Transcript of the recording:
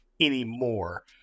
anymore